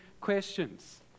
questions